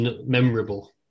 memorable